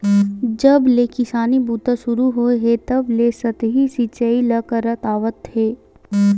जब ले किसानी बूता सुरू होए हे तब ले सतही सिचई ल करत आवत हे